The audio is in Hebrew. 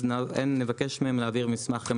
אז נבקש מהם להעביר מסמך.